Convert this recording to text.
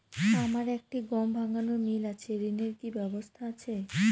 আমার একটি গম ভাঙানোর মিল আছে ঋণের কি ব্যবস্থা আছে?